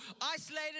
isolated